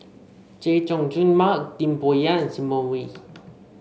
Chay Jung Jun Mark Lim Bo Yam and Simon Wee